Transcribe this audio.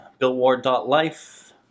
billward.life